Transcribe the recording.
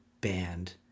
band